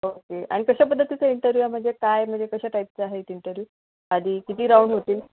okay आणि कशा पद्धतीचा इंटरह्यू आहे म्हणजे काय म्हणजे कशा टाईपचा आहेत इंटरव्ह्यू आधी किती राऊंड होतील